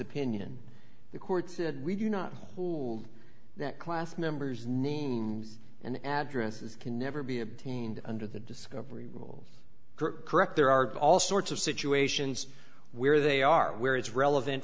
opinion the court said we do not know who that class members names and addresses can never be obtained under the discovery rule correct there are all sorts of situations where they are where it's relevant